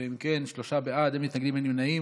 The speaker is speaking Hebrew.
אם כן, שלושה בעד, אין מתנגדים, אין נמנעים.